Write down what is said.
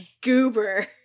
goober